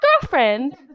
girlfriend